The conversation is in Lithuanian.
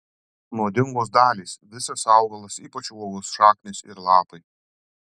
nuodingos dalys visas augalas ypač uogos šaknys ir lapai